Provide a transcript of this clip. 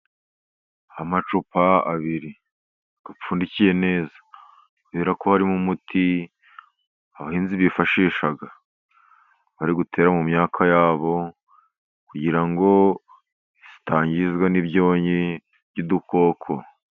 Amacupa abiri apfundikiye neza, kubera ko harimo umuti abahinzi bifashisha bari gutera mu myaka yabo, kugira ngo itangizwa n'ibyonnyi by'udukoko.